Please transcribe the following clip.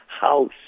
house